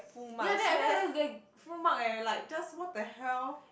ya then at first everyone was like full mark eh like just what the hell